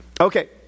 Okay